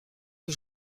que